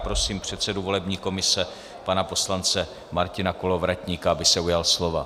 Prosím předsedu volební komise pana poslance Martina Kolovratníka, aby se ujal slova.